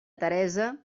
teresa